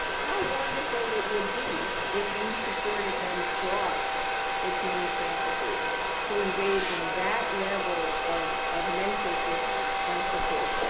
how wonderful it would be if we supported them across the cuny campuses to engage in that level of of mentorship and support.